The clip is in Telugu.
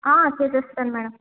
చేసేస్తాను మేడం